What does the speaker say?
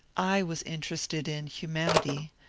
i was interested in humanity,